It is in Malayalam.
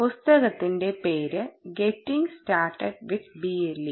പുസ്തകത്തിന്റെ പേര് ഗെട്ടിങ് സ്റ്റാർട്ടട് വിത് BLE